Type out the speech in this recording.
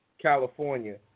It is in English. California